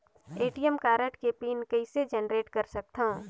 ATM card के PIN कइसे generate कर सकथव?